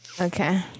Okay